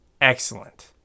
Excellent